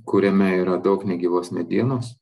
kuriame yra daug negyvos medienos